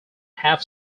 half